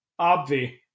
Obvi